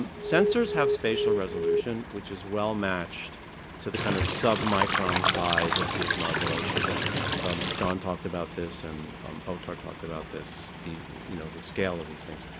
sensors have spatial resolution, which is well matched to the kind of submicron size of groove modulations, and john talked about this and ottar talked about this, the you know the scale of these things.